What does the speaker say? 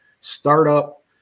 startup